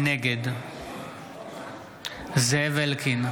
נגד זאב אלקין,